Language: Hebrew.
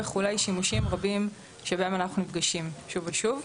שימושים רבים שפוגשים אותנו שוב ושוב.